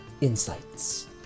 insights